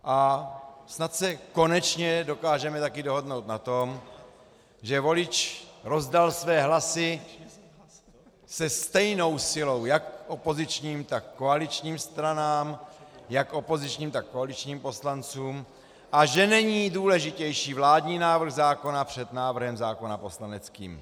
A snad se konečně dokážeme také dohodnout také na tom, že volič rozdal své hlasy se stejnou silou jak opozičním, tak koaličním stranám, jak opozičním, tak koaličním poslancům a že není důležitější vládní návrh zákona před návrhem zákona poslaneckým.